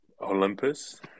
Olympus